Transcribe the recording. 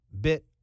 bit